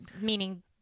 meaning